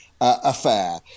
affair